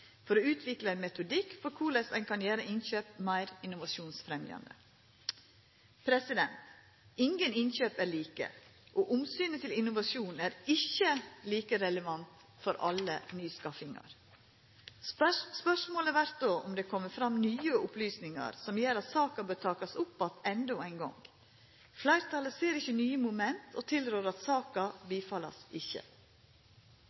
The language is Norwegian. for å utvikla ein metodikk for korleis ein kan gjera innkjøp meir innovasjonsfremjande. Ingen innkjøp er like, og omsynet til innovasjon er ikkje like relevant ved alle nyskaffingar. Spørsmålet vert då om det har kome fram nye opplysningar som gjer at saka bør takast opp att endå ein gong. Fleirtalet ser ikkje nye moment, og tilrår at saka